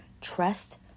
trust